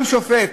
גם שופט,